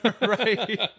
Right